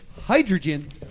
Hydrogen